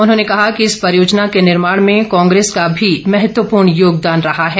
उन्होंने कहा कि इस परियोजना के निर्माण में कांग्रेस का भी महत्वपूर्ण योगदान रहा है